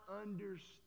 understand